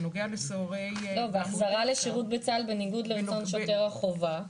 בנוגע לסוהרים --- והחזרה לשירות בצה"ל בניגוד לרצון שוטר החובה.